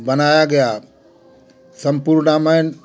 बनाया गया सम्पूर्ण रामायण